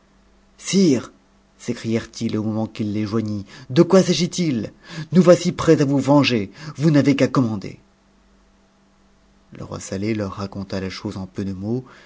sire s'écrièrent-ils au moment qu'il les joignit de quoi s'agit-il nous voici prêts à vous venger vous n'avez qu'à commander le loi saleh leur raconta la chose en peu de mots